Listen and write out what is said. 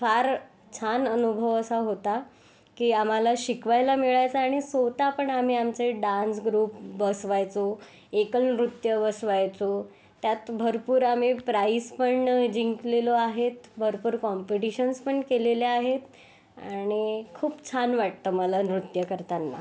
फार छान अनुभव असा होता की आम्हाला शिकवायला मिळायचं आणि स्वत पण आम्ही आमचे डान्स ग्रुप बसवायचो एकल नृत्य बसवायचो त्यात भरपूर आम्ही प्राईसपण जिंकलेलो आहेत भरपूर कॉम्पिटिशन्सपण केलेल्या आहेत आणि खूप छान वाटतं मला नृत्य करताना